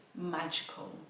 magical